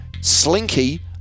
Slinky